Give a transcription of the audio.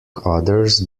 others